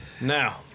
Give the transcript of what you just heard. Now